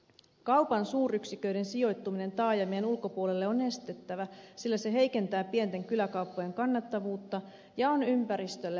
kaupan suuryksiköiden sijoittuminen taajamien ulkopuolelle on estettävä sillä se heikentää pienten kyläkauppojen kannattavuutta ja on ympäristölle haitallista